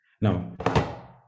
Now